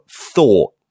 thought